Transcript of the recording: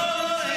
לא, לא.